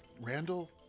Randall